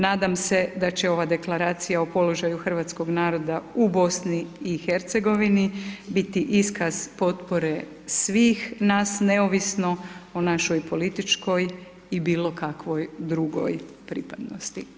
Nadam se da će ova deklaracija o položaju hrvatskog naroda u BiH biti iskaz potpore svih nas neovisno o našoj političkoj i bilo kakvoj drugoj pripadnosti.